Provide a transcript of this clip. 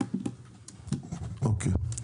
אוקיי.